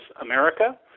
America